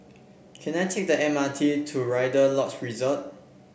can I take the M R T to Rider Lodge Resort